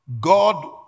God